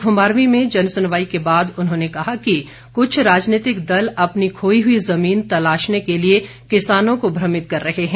घुमारवीं में जन सुनवाई के बाद उन्होंने कहा कि कुछ राजनीतिक दल अपनी खोई हुई जमीन तलाशने के लिए किसानों को भ्रमित कर रहे हैं